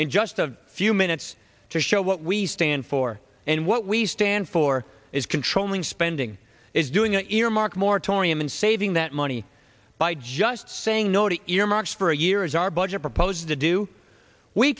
in just a few minutes to show what we stand for and what we stand for is controlling spending is doing an earmark moratorium and saving that money by just saying no to earmarks for a year as our budget proposed to do we